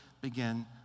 begin